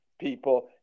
people